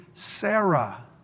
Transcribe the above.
Sarah